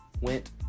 went